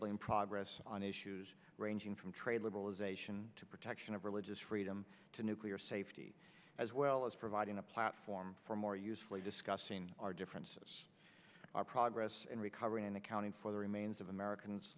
in progress on issues ranging from trade liberalization to protection of religious freedom to nuclear safety as well as providing a platform for more usefully discussing our differences our progress in recovery and accounting for the remains of americans